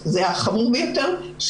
וזה החמור ביותר,